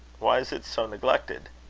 why is it so neglected?